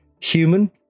Human